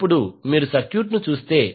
ఇప్పుడు మీరు సర్క్యూట్ చూస్తే